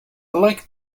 like